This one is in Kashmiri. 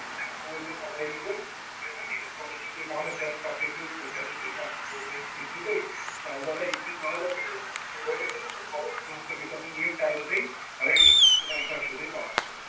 وٲتۍ زیو فلٲنی دۄہ یتھن کَلَس ہیٚو تُہۍ پانَس سیرٕ تفریٖف کٔرِتھ کوٗتاہ چھُو تۄہہِ گژھُن کوت نِش کٔرۍ زیو تُہۍ تہٕ البتہ ییٚلہِ تُہۍ دۄہ دۄہ گژھِو أسۍ کٔرِو تُہۍ یورے رُوان فلٲنی دۄہ ہسا گژھِ آسُن یِم ٹایمہٕ تۄہہِ ریڈی تہٕ تَمہِ ساتہٕ چھُو تۄہہِ واتُن توٚتَتھ